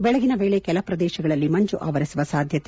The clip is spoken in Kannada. ಬೆಳಗಿನ ವೇಳೆ ಕೆಲ ಪ್ರದೇಶಗಳಲ್ಲಿ ಮಂಜು ಆವರಿಸುವ ಸಾಧ್ಯತೆ